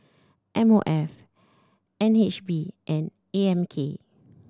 M O F N H B and A M K